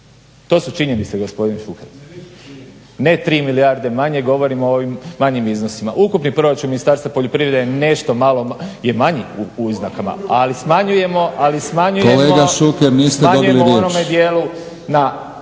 To su činjenice gospodine Šuker. Ne tri milijarde manje. Govorim o ovim manjim iznosima. Ukupni proračun Ministarstva poljoprivrede je nešto malo manji u iznakama, ali smanjujemo … …/Upadica Batinić: Kolega Šuker niste